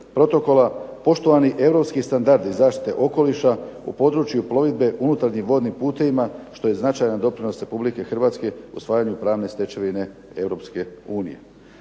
protokola poštovani europski standardi zaštite okoliša u području plovidbe unutarnjih vodnim putevima što je značajan doprinos Republike Hrvatske u usvajanju pravne stečevine